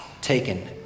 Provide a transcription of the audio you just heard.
taken